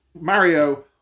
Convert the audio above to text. Mario